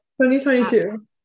2022